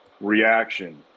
reaction